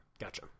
Gotcha